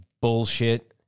bullshit